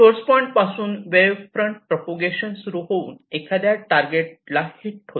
source point पासून wave front propagation सुरु होऊन एखाद्या टारगेट ला हिट होते